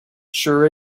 sure